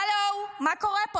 הלו, מה קורה פה?